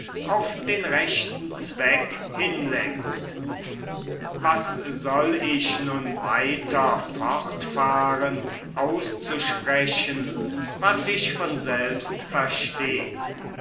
auf den rechten zweck hinlenkt was soll ich nun weiter fortfahren auszusprechen was sich von selbst versteht